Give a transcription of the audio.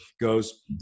goes